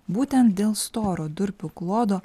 būtent dėl storo durpių klodo